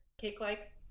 cake-like